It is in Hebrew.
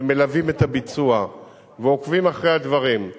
ומלווים את הביצוע ועוקבים אחרי הדברים.